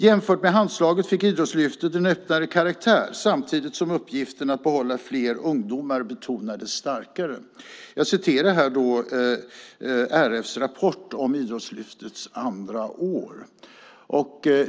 Jämfört med Handslaget fick Idrottslyftet en öppnare karaktär samtidigt som uppgiften att behålla fler ungdomar betonades starkare - jag refererar här till RF:s rapport om Idrottslyftets andra år.